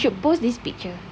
you should post this picture